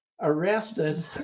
arrested